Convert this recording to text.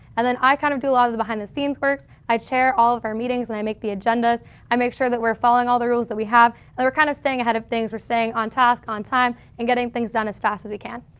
and then i kind of do a lot of the behind-the-scenes works i chair all of our meetings and i make the agendas i make sure that we're following all the rules that we have we're kind of staying ahead of things we're staying on task on time and getting things done as fast as we can.